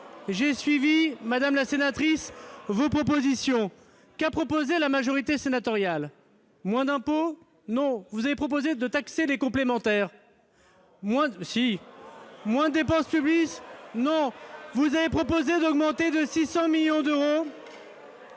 J'ai suivi, madame la sénatrice, vos propositions. Qu'a proposé la majorité sénatoriale ? Moins d'impôts ? Non ! Vous avez proposé de taxer les complémentaires. Non ! Ce n'est pas vrai. Si ! Vous avez proposé d'augmenter de 600 millions d'euros